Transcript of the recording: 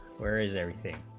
where is everything